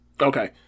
Okay